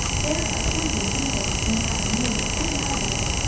there are plenty of people in avonlea and out of it,